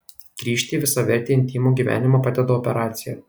grįžti į visavertį intymų gyvenimą padeda operacija